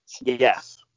Yes